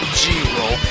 g-roll